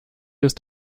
ist